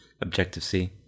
Objective-C